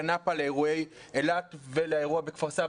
נאפה לאירועי אילת ולאירוע בכפר סבא.